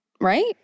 right